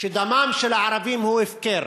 שדמם של הערבים הוא הפקר.